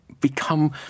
become